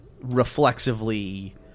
reflexively